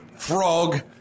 Frog